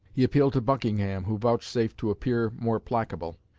he appealed to buckingham, who vouchsafed to appear more placable.